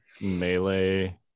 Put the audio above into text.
melee